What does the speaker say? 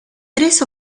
tres